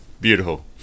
beautiful